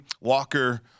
Walker